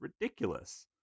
ridiculous